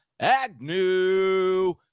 Agnew